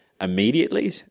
immediately